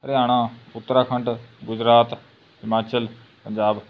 Haryana Uttarakhand Gujarat Himachal Punjab